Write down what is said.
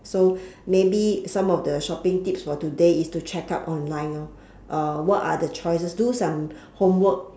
so maybe some of the shopping tips for today is to check up online lor uh what are the choices do some homework